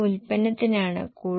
15 x 1